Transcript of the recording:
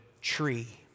tree